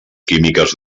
químiques